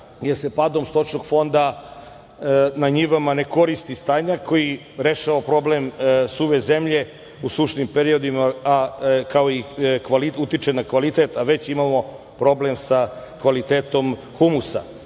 jer se padom stočnog fonda na njivama ne koristi stajnjak, koji rešava problem suve zemlje u sušnim periodima, utiče na kvalitet, a već imamo problem sa kvalitetom humusa. Moram